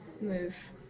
move